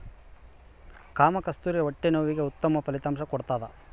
ಕಾಮಕಸ್ತೂರಿ ಹೊಟ್ಟೆ ನೋವಿಗೆ ಉತ್ತಮ ಫಲಿತಾಂಶ ಕೊಡ್ತಾದ